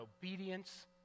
obedience